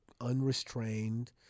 unrestrained